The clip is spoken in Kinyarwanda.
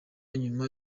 nyuma